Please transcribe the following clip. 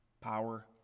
power